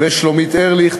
ולשלומית ארליך.